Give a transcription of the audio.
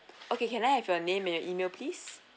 okay can I have your name and your email please